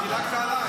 חברת הכנסת גוטליב,